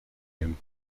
him